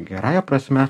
gerąja prasme